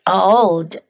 old